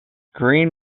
green